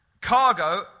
Cargo